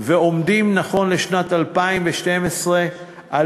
ועומדים נכון לשנת 2012 על